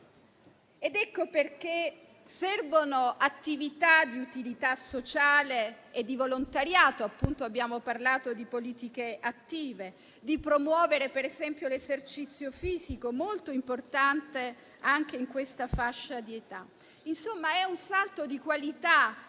Ecco perché servono attività di utilità sociale e di volontariato: appunto abbiamo parlato di politiche attive. Occorre promuovere ad esempio l'esercizio fisico, molto importante anche in quella fascia di età. Insomma, è un salto di qualità